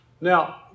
Now